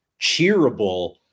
cheerable